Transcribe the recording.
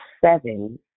seven